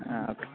okay